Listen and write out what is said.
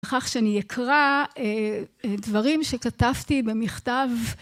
בכך שאני אקרא דברים שכתבתי במכתב.